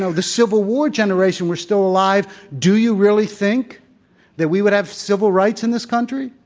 ah the civil war generation were still alive, do you really think that we would have civil rights in this country,